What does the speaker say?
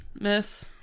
miss